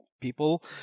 people